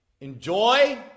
enjoy